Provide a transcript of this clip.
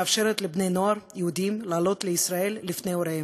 שמאפשרת לבני-נוער יהודים לעלות לישראל לפני הוריהם,